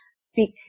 speak